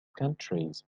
countries